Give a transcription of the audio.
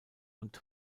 und